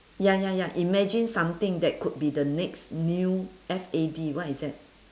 ya ya ya imagine something that could be the next new F A D what is that